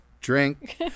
drink